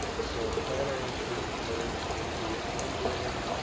so the culinary institute was merged into its own building.